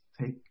take